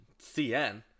cn